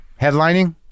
headlining